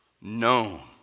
known